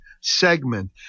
segment